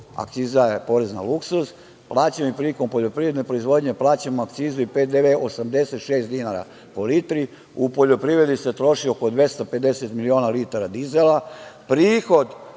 akciza je porez na luksuz, plaćamo prilikom poljoprivredne proizvodnje akcizu i PDV 86 dinara u litri.U poljoprivredi se troši oko 250 miliona litara dizela,